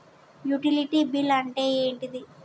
Utility bill అంటే ఏంటిది?